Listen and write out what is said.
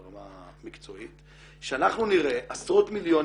ברמה המקצועית שאנחנו נראה עשרות מיליונים